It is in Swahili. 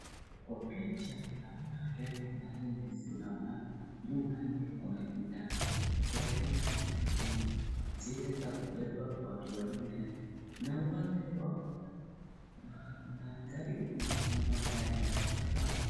Kwa picha naona gari ambayo imesimama, nyuma yake kuna kijana. Gari ni zile za kubeba watu wanne na wale wa, gari imesimama ndani ya shamba.